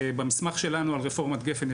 במסמך שלנו על רפורמת גפ"ן,